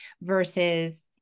versus